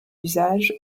usage